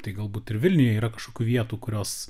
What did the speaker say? tai galbūt ir vilniuje yra kažkokių vietų kurios